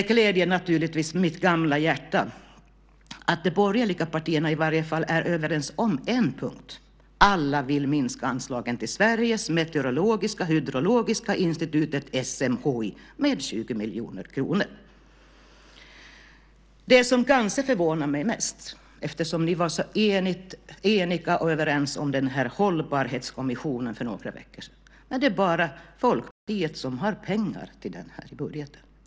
Det gläder naturligtvis mitt gamla hjärta att de borgerliga partierna i alla fall är överens om en punkt - alla vill minska anslagen till Sveriges meteorologiska och hydrologiska institut, SMHI, med 20 miljoner kronor. Det som kanske förvånar mig mest, eftersom ni var så eniga och överens om Hållbarhetskommissionen för några veckor sedan, är att det bara är Folkpartiet som föreslår pengar till den i budgeten.